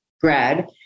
bread